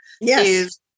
yes